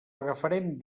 agafarem